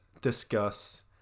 discuss